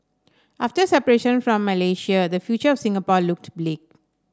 after separation from Malaysia the future of Singapore looked bleak